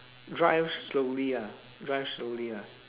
drive slowly ah drive slowly ah